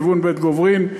לכיוון בית-גוברין.